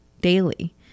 daily